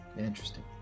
interesting